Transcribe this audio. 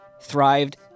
thrived